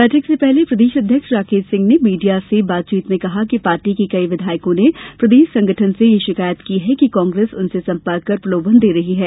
बैठक से पहले प्रदेश अध्यक्ष राकेश सिंह ने मीडिया से बातचीत में कहा कि पार्टी के कई विधायकों ने प्रदेश संगठन से यह शिकायत की है कि कांग्रेस उनसे संपर्क कर प्रलोभन दे रही है